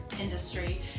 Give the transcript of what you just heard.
industry